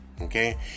Okay